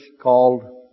called